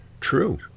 True